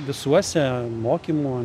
visuose mokymo